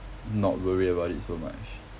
not worry about it so much